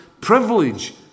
privilege